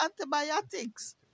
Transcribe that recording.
antibiotics